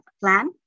plan